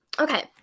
okay